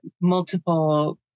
multiple